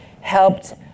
helped